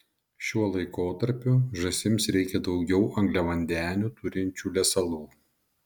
šiuo laikotarpiu žąsims reikia daugiau angliavandenių turinčių lesalų